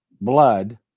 blood